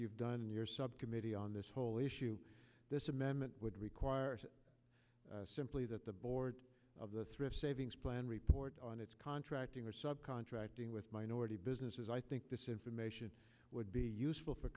you've done in your subcommittee on this whole issue this amendment would require simply that the board of the thrift savings plan report on its contracting or sub contracting with minority businesses i think this information would be useful for